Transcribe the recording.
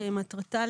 שמטרתה,